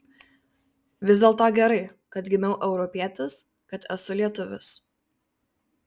vis dėlto gerai kad gimiau europietis kad esu lietuvis